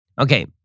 Okay